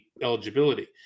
eligibility